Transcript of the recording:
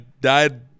died